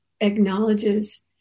acknowledges